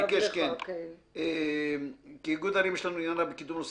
הוא ביקש: "כאיגוד ערים יש לנו עניין רב בקידום נושא